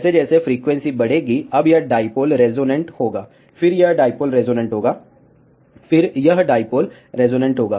जैसे जैसे फ्रीक्वेंसी बढ़ेगी अब यह डाईपोल रेजोनेंट होगा फिर यह डाईपोल रेजोनेंट होगा फिर यह डाईपोल रेजोनेंट होगा